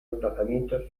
emplazamiento